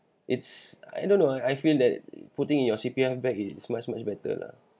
it's I don't know I feel that putting in your C_P_F back it's much much better lah